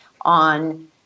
on